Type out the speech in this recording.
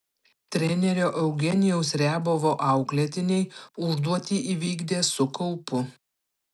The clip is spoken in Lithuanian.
trenerio eugenijaus riabovo auklėtiniai užduotį įvykdė su kaupu